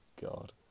god